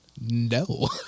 No